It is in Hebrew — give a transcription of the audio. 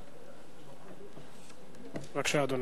בבקשה, אדוני.